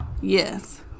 yes